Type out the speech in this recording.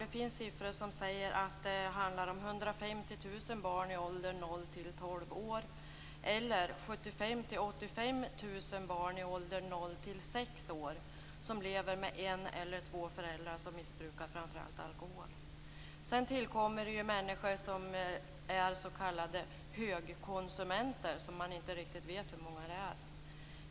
Det finns siffror som säger att det handlar om 150 000 barn i åldern 0-12 år eller 75 000-85 000 barn i åldern 0-6 år som lever med en eller två föräldrar som missbrukar framför allt alkohol. Sedan tillkommer människor som är s.k. högkonsumenter, som man inte riktigt vet hur många de är.